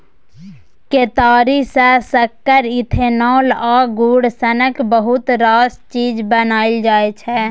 केतारी सँ सक्कर, इथेनॉल आ गुड़ सनक बहुत रास चीज बनाएल जाइ छै